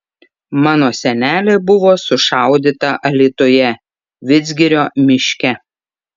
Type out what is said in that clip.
mano senelė buvo sušaudyta alytuje vidzgirio miške